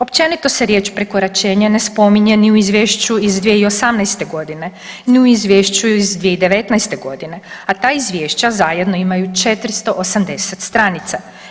Općenito se riječ prekoračenje ne spominje ni u izvješću iz 2018. godine, ni u izvješću iz 2019. godine, a ta izvješća zajedno imaju 480 stranica.